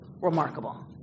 remarkable